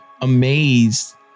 amazed